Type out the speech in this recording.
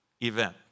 event